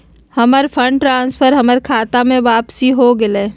हमर fund transfer हमर खता में वापसी हो गेलय